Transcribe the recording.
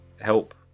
help